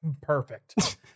Perfect